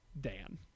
Dan